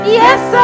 yes